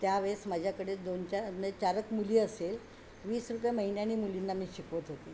त्यावेळेस माझ्याकडे दोन चार म्हणजे चार एक मुली असेल वीस रुपये महिन्यानी मुलींना मी शिकवत होती